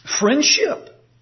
friendship